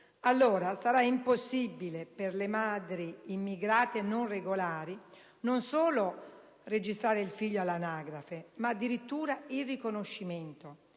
allora sarà impossibile per le madri immigrate non regolari, non solo registrare il figlio all'anagrafe, ma addirittura il riconoscimento,